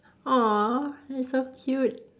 !aww! that is so cute